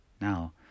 Now